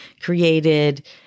created